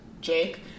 Jake